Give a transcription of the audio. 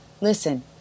Listen